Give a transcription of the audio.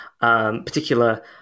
particular